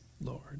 Lord